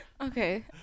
Okay